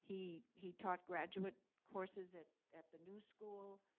he he taught graduate courses at at the new school.